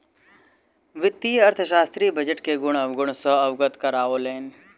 वित्तीय अर्थशास्त्री बजट के गुण अवगुण सॅ अवगत करौलैन